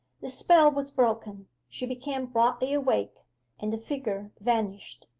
the spell was broken she became broadly awake and the figure vanished.